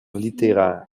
littéraire